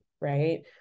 right